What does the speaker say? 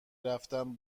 رفتن